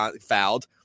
fouled